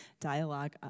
dialogue